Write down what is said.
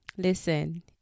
Listen